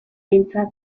behintzat